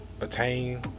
attain